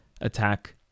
attack